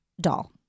doll